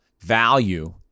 value